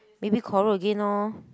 maybe quarrel again lor